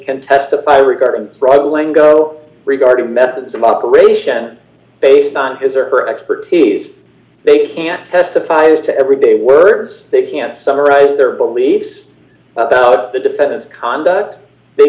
can testify regarding struggling go regarding methods of operation based on his or her expertise they can't testify as to everybody d words they can't summarize their beliefs about the defendant's conduct